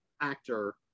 actor